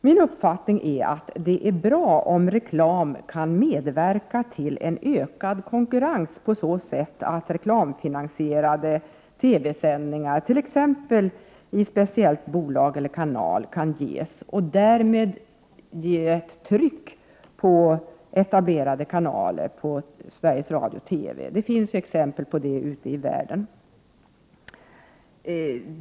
Min uppfattning är den att det är bra om reklam kan medverka till en ökad konkurrens på så sätt att reklamfinansierade TV-sändningar kan ges, t.ex. genom ett speciellt bolag eller en speciell kanal. Därmed skulle det kunna bli ett tryck på de etablerade kanalerna på Sveriges Radio/TV. Det finns exempel på sådant på annat håll i världen.